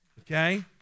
okay